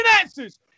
answers